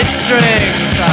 strings